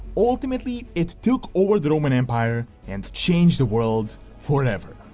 ultimately it took over the roman empire and changed the world forever.